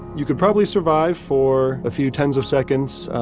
you could probably survive for a few tens of seconds,